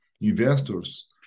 investors